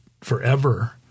forever